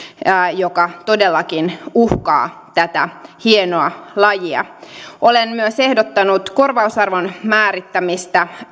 joka todellakin uhkaa tätä hienoa lajia olen myös ehdottanut korvausarvon määrittämistä